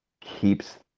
keeps